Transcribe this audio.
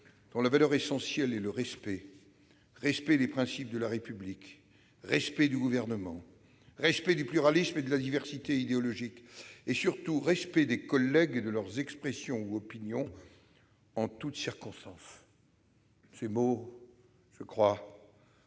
dont la valeur essentielle est le respect : respect des principes de la République, respect du Gouvernement, respect du pluralisme et de la diversité idéologique, et surtout respect des collègues et de leurs expressions ou opinions, en toutes circonstances ». Ces mots, je crois,